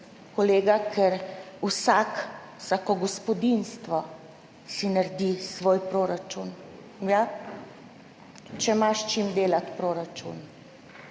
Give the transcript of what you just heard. kolega, ker vsak, vsako gospodinjstvo si naredi svoj proračun. Ja, če ima s čim delati proračun.